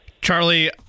Charlie